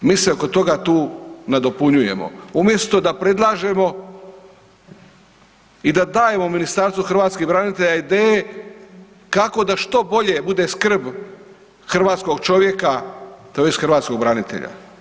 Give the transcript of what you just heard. Mi se oko toga tu nadopunjujemo, umjesto da predlažemo i da dajemo Ministarstvu hrvatskih branitelja ideje kako da što bolje bude skrb hrvatskog čovjeka, tj. hrvatskog branitelja.